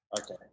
okay